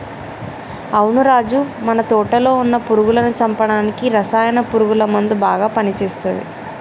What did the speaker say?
అవును రాజు మన తోటలో వున్న పురుగులను చంపడానికి రసాయన పురుగుల మందు బాగా పని చేస్తది